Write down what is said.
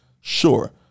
Sure